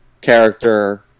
character